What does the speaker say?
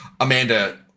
Amanda